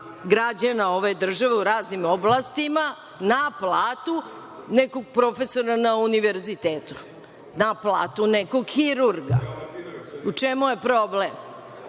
građana ove države u raznim oblastima na platu nekog profesora na Univerzitetu, na platu nekog hirurga. U čemu je problem?